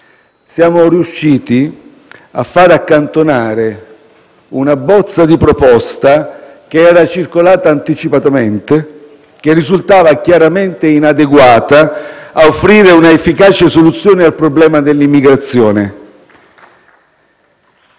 Siamo riusciti a far accantonare una bozza di proposta circolata anticipatamente, che risultava chiaramente inadeguata a offrire un'efficace soluzione al problema dell'immigrazione.